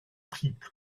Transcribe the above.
triple